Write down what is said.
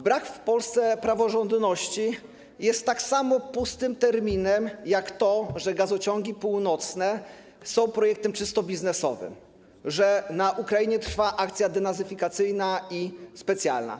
Brak w Polsce praworządności jest tak samo pustym terminem jak to, że gazociągi północne są projektem czysto biznesowym, że na Ukrainie trwa akcja denazyfikacyjna i specjalna.